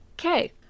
Okay